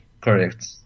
Correct